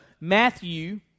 Matthew